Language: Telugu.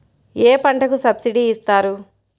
ఏ పంటకు సబ్సిడీ ఇస్తారు?